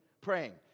Praying